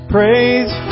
Praise